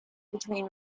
between